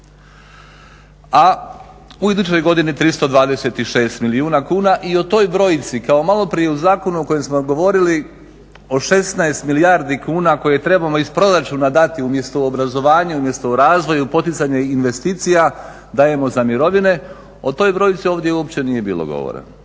A u idućoj godini 326 milijuna kuna i o toj brojci kao malo prije u zakonu o kojem smo govorili o 16 milijardi kuna koje trebamo iz proračuna dati umjesto u obrazovanje, umjesto u razvoj, u poticanje investicija dajemo za mirovine, o toj brojci ovdje uopće nije bilo govora.